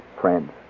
friends